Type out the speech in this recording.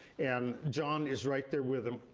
and john is right there with them,